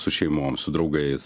su šeimom su draugais